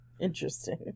Interesting